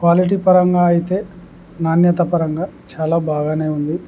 quality పరంగా అయితే నాణ్యత పరంగా చాలా బాగానే ఉంది